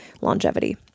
longevity